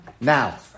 Now